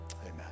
Amen